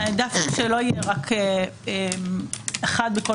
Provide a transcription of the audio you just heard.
העדפנו שלא יהיה רק אחד בכל